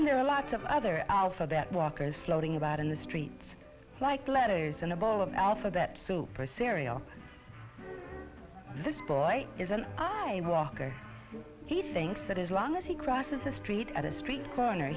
and there are lots of other alphabet walkers floating about in the streets like letters in a bowl of alphabet soup or cereal this boy isn't a walker he thinks that as long as he crosses the street at a street corner